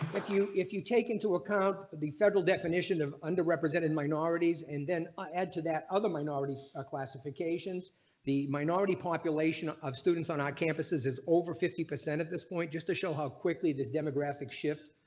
if you if you take into account that the federal definition of under represented minorities and then ah add to that other minorities ah classifications the minority population of students on our campuses is over fifty percent at this point just to show how quickly. this demographic shift.